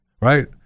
Right